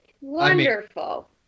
wonderful